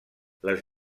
les